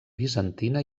bizantina